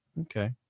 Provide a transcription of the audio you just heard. Okay